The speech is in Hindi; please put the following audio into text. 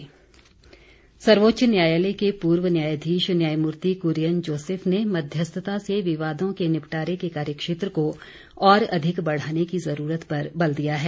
कुरियन सर्वोच्च न्यायालय के पूर्व न्यायाधीश न्यायमूर्ति कुरियन जोसेफ ने मध्यस्थता से विवादों के निपटारे के कार्यक्षेत्र को और अधिक बढ़ाने की ज़रूरत पर बल दिया है